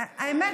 האמת,